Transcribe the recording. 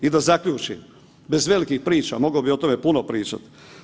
I da zaključim, bez velikih priča, mogao bih o tome puno pričat.